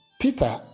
Peter